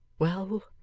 well,